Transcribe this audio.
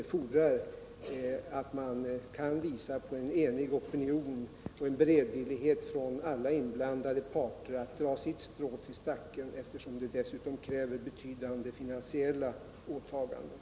Det fordrar att man kan visa på en enig opinion och en beredvillighet från alla inblandade parter att dra sitt strå till stacken, eftersom det också kräver betydande finansiella åtaganden.